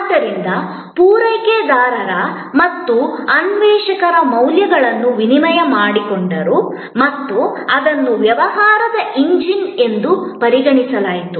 ಆದ್ದರಿಂದ ಪೂರೈಕೆದಾರರು ಮತ್ತು ಅನ್ವೇಷಕರು ಮೌಲ್ಯಗಳನ್ನು ವಿನಿಮಯ ಮಾಡಿಕೊಂಡರು ಮತ್ತು ಅದನ್ನು ವ್ಯವಹಾರದ ಎಂಜಿನ್ ಎಂದು ಪರಿಗಣಿಸಲಾಯಿತು